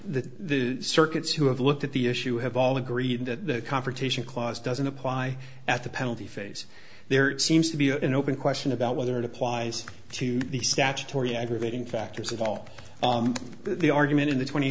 the circuits who have looked at the issue have all agreed that the confrontation clause doesn't apply at the penalty phase there seems to be an open question about whether it applies to the statutory aggravating factors of all the argument in the